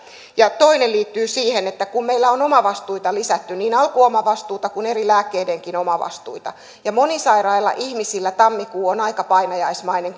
ja toinen liittyy siihen että kun meillä on omavastuita lisätty niin alkuomavastuuta kuin eri lääkkeidenkin omavastuita ja monisairailla ihmisillä tammikuu on aika painajaismainen